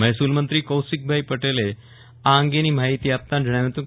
મહેસુલ મંત્રી કૌશિકભાઈ પટેલે આ અંગેની માહિતી આપતાં જણાવ્યું હતું